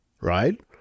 right